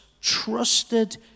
trusted